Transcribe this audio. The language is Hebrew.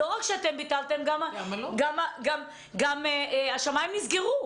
לא רק שביטלתם, גם השמים נסגרו.